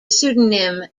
pseudonym